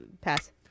Pass